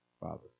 Father